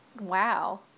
Wow